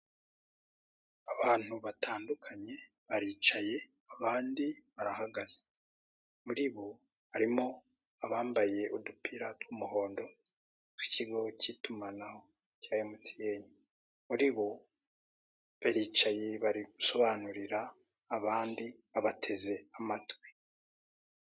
Abantu batandukanye baricaye, abandi barahagaze, muri bo harimo abambaye udupira tw'umuhondo tw'ikigo cy'itumanaho cya MTN, muri bo baricaye bari gusobanurira abandi babateze amatwi.